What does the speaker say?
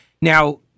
Now